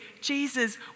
Jesus